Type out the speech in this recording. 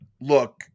Look